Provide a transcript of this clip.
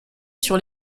sur